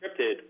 scripted